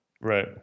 Right